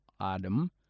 Adam